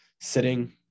sitting